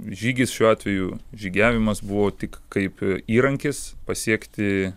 žygis šiuo atveju žygiavimas buvo tik kaip įrankis pasiekti